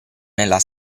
nella